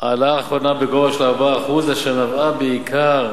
ההעלאה האחרונה בגובה 4%, שנבעה בעיקר